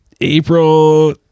April